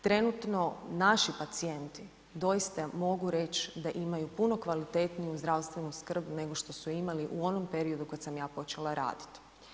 Trenutno naši pacijenti doista mogu reći da imaju puno kvalitetniju zdravstvenu skrb nego što su imali u onom periodu kada sam ja počela raditi.